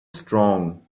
strong